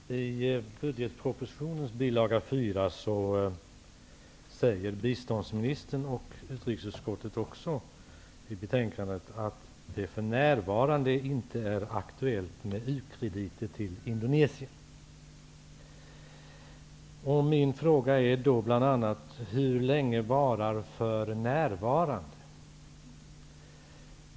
Herr talman! I budgetpropositionens bil. 4 säger biståndsministern att det för närvarande inte är aktuellt att ge u-krediter till Indonesien. Detta säger också utrikesutskottet i betänkandet. Hur länge varar ''för närvarande''?